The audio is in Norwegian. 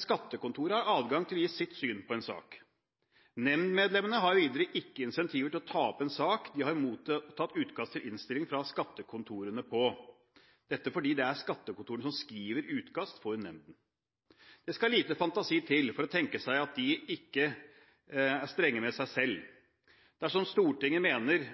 skattekontoret har adgang til å gi sitt syn på en sak. Nemndmedlemmene har videre ikke incentiver til å ta opp en sak de har mottatt utkast til innstilling fra skattekontorene om – dette fordi det er skattekontorene som skriver utkast for nemnden. Det skal lite fantasi til for å tenke seg at de ikke er strenge med seg selv. Dersom Stortinget mener